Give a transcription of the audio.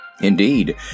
Indeed